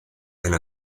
and